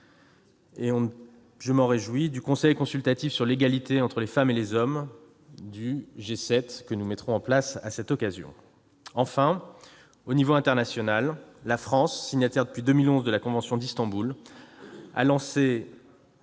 et je m'en réjouis, du conseil consultatif sur l'égalité entre les femmes et les hommes que nous mettrons en place à l'occasion du G7. Enfin, au niveau international, la France, signataire depuis 2011 de la convention d'Istanbul, a lancé